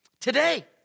Today